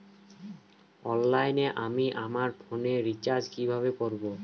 অনলাইনে আমি আমার ফোনে রিচার্জ কিভাবে করব?